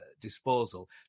disposal